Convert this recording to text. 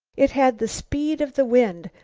it had the speed of the wind,